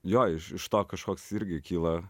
jo iš iš to kažkoks irgi kyla